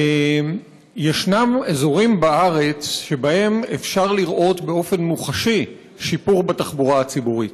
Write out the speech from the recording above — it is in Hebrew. יש אזורים בארץ שבהם אפשר לראות באופן מוחשי שיפור בתחבורה הציבורית,